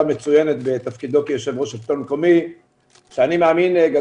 מצוינת בתפקידו כיושב ראש מרכז השלטון המקומי.